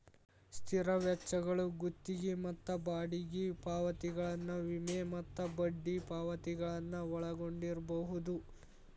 ಸ್ಥಿರ ವೆಚ್ಚಗಳು ಗುತ್ತಿಗಿ ಮತ್ತ ಬಾಡಿಗಿ ಪಾವತಿಗಳನ್ನ ವಿಮೆ ಮತ್ತ ಬಡ್ಡಿ ಪಾವತಿಗಳನ್ನ ಒಳಗೊಂಡಿರ್ಬಹುದು